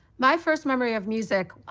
my first memory of music,